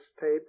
tape